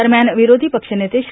दरम्यान विरोधी पक्षनेते श्री